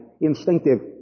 Instinctive